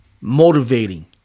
Motivating